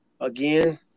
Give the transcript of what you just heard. Again